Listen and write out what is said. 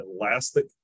elastic